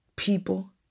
People